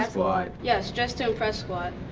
ah squad? yes, dress to impress squad.